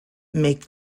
make